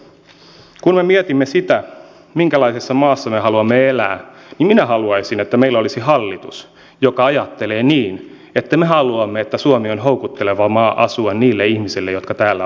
kun me mietimme sitä minkälaisessa maassa me haluamme elää niin minä haluaisin että meillä olisi hallitus joka ajattelee niin että me haluamme että suomi on houkutteleva maa asua niille ihmisille jotka täällä ovat